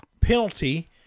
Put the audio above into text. penalty